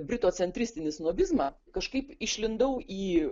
britocentristinį snobizmą kažkaip išlindau į